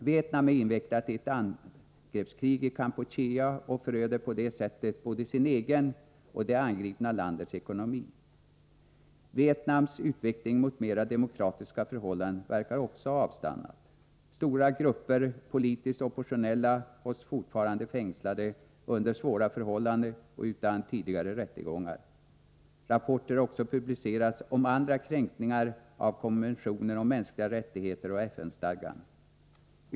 Vietnam är invecklat i ett angreppskrig i Kampuchea och föröder på detta sätt både sin egen och det angripna landets ekonomi. Vietnams utveckling mot mer demokratiska förhållanden verkar också ha avstannat. Stora grupper politiskt oppositionella hålls fortfarande fängslade under svåra förhållanden och utan rättegångar. Rapporter har också publicerats om andra kränkningar av konventionen om mänskliga rättigheter och av FN-stadgan.